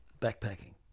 backpacking